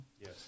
Yes